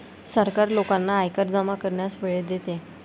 सरकार लोकांना आयकर जमा करण्यास वेळ देते